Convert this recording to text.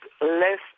less